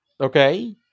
Okay